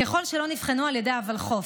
ככל שלא נבחנו על ידי הוולחו"ף.